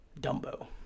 Dumbo